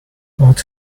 what